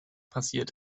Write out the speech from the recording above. passiert